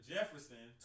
Jefferson